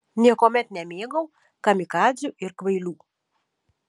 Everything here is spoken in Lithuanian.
niekuomet nemėgau kamikadzių ir kvailių